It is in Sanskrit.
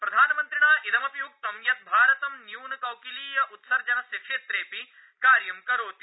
प्रधानमन्त्रिणा इदमपि उक्तं यत् भारतं न्य्नकौकिलीय उत्सर्जनस्य क्षेत्रे अपि कार्य करोति